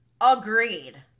Agreed